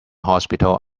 hospital